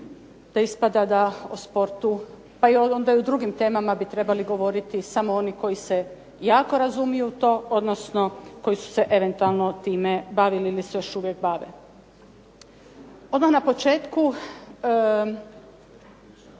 da ispada da o sportu, pa i onda i o drugim temama bi trebali govoriti samo oni koji se jako razumiju u to, odnosno koji su se eventualno time bavili ili se još uvijek bave. Odmah na početku